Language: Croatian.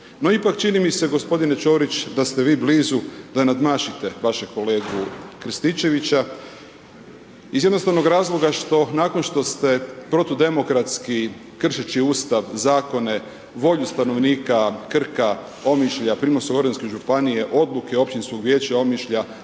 No ipak čini mi se gospodine Čorić, da ste vi blizu da nadmašite vašeg kolegu Krstičevića iz jednostavnog razloga nakon što ste protudemokratski, kršeći Ustav, zakone, volju stanovnika Krka, Omišlja, Primorsko-goranske županije, odluke Općinskog vijeća Omišlja,